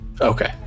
Okay